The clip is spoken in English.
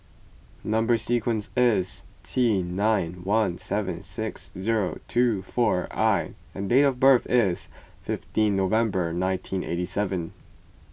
Number Sequence is T nine one seven six zero two four I and date of birth is fifteen November nineteen eighty seven